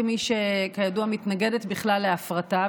כמי שמתנגדת בכלל להפרטה,